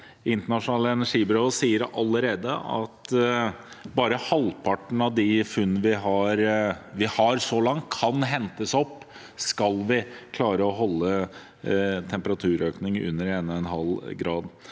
internasjonale energibyrået sier allerede at bare halvparten av de funnene vi har så langt, kan hentes opp om vi skal klare å holde temperaturøkningen under 1,5 grad.